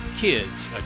kids